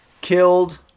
killed